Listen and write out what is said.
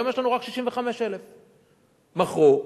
היום יש לנו רק 65,000. מכרו.